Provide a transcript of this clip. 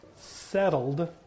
settled